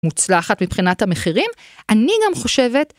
מוצלחת מבחינת המחירים, אני גם חושבת